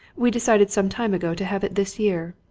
we decided some time ago to have it this year.